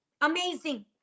Amazing